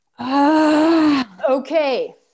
Okay